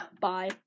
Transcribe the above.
Bye